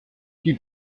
die